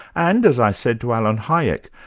and as i said to alan hajek,